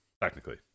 technically